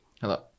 Hello